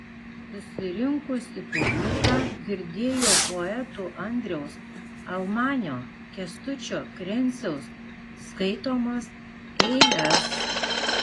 susirinkusi publika girdėjo poetų andriaus almanio kęstučio krenciaus skaitomas eiles